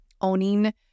owning